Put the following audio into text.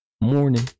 morning